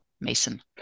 Mason